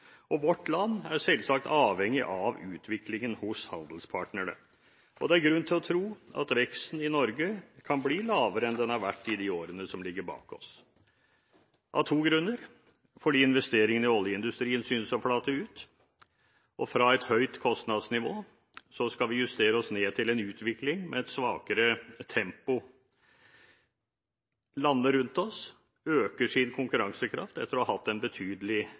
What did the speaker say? kontroll. Vårt land er selvsagt avhengig av utviklingen hos handelspartnerne. Det er grunn til å tro at veksten i Norge kan bli lavere enn den har vært i de årene som ligger bak oss, av to grunner: Investeringene i oljeindustrien synes å flate ut, og fra et høyt kostnadsnivå skal vi justere oss ned til en utvikling med et svakere tempo. Landene rundt oss øker sin konkurransekraft, etter å ha hatt en betydelig